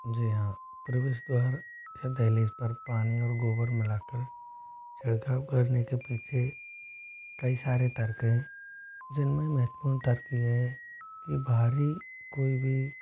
जी हाँ प्रवेश द्वार के दहलीज पर पानी और गोबर मिला कर छीड़काव करने के पीछे कई सारे तर्क हैं जिनमें महत्वपूर्ण तर्क यह है कि बाहरी कोई भी